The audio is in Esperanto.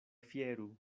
fieru